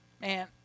Man